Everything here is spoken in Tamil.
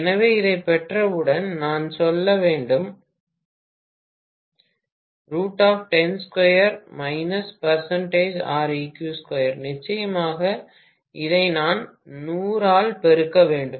எனவே இதைப் பெற்றவுடன் நான் சொல்ல வேண்டும் நிச்சயமாக இதை நான் 100 ஆல் பெருக்க வேண்டும்